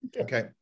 Okay